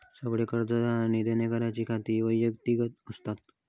सगळे कर्जदार आणि देणेकऱ्यांची खाती व्यक्तिगत असतत